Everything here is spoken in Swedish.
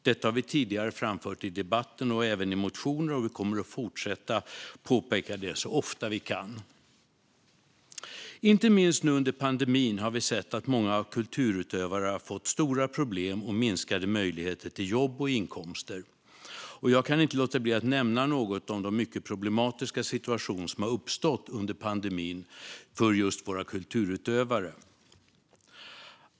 Detta har vi tidigare framfört i debatten och även i motioner, och det kommer vi att fortsätta påpeka så ofta vi kan. Inte minst under pandemin har vi sett att många kulturutövare har fått stora problem och minskade möjligheter till jobb och inkomster. Jag kan inte låta bli att nämna något om den mycket problematiska situation som har uppstått under pandemin för våra kulturutövare.